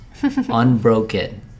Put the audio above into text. unbroken